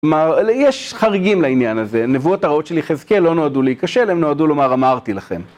יש חריגים לעניין הזה, נבואות הרעות של יחזקאל, לא נועדו להיכשל, הם נועדו לומר אמרתי לכם.